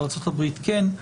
בארצות-הברית כן.